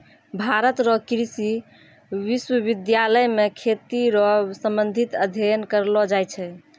भारत रो कृषि विश्वबिद्यालय मे खेती रो संबंधित अध्ययन करलो जाय छै